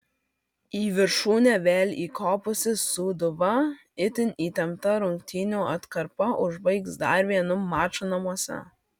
į viršūnę vėl įkopusi sūduva itin įtemptą rungtynių atkarpą užbaigs dar vienu maču namuose